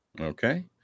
okay